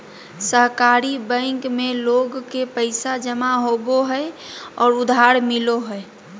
सहकारी बैंक में लोग के पैसा जमा होबो हइ और उधार मिलो हइ